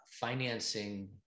financing